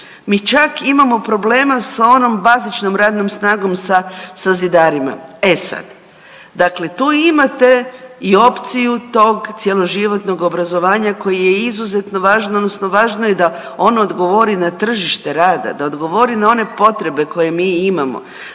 Mi čak imamo problema sa onom bazičnom radnom snagom sa, sa zidarima. E sad, dakle tu imate i opciju tog cjeloživotnog obrazovanja koje je izuzetno važno odnosno važno je da on odgovori na tržište rada, da odgovori na one potrebe koje mi imamo,